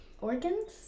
organs